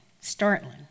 startling